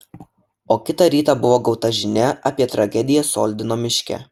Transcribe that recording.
o kitą rytą buvo gauta žinia apie tragediją soldino miške